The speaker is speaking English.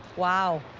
wow.